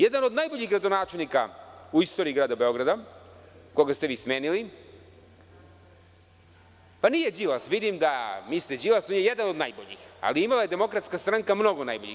Jedan od najboljih gradonačelnika u istoriji grada Beograda koga ste vi smenili, pa nije Đilas, vidim da mislite Đilas, on je jedan od najboljih, ali imala je Demokratska stranka mnogo najboljih.